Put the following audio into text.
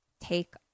take